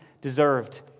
deserved